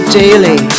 daily